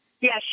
Yes